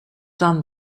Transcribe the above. done